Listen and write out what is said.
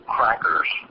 Crackers